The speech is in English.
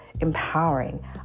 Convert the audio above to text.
Empowering